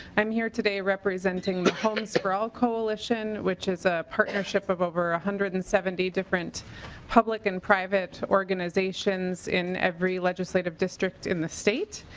i'm here today representing homeless for all coalition which is a partnership of over one ah hundred and seventy different public and private organizations in every legislative district in the state.